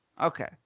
Okay